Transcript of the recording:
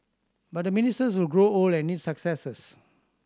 but the ministers will grow old and need successors